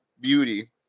beauty